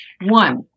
One